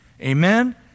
Amen